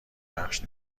بخش